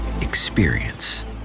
experience